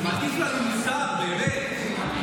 מטיף לנו מוסר, באמת.